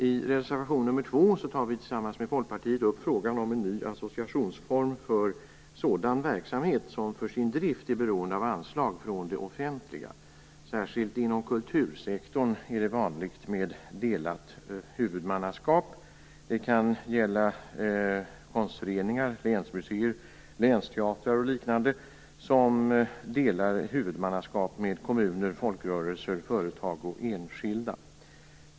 I reservation nr 2 tar vi tillsammans med Folkpartiet upp frågan om en ny associationsform för sådan verksamhet som för sin drift är beroende av anslag från det offentliga. Särskilt inom kultursektorn är det vanligt med delat huvudmannaskap. Det kan gälla konstföreningar, länsmuseer, länsteatrar och liknande, som delar huvudmannaskap med kommuner, folkrörelser, företag och enskilda.